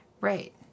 Right